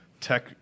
tech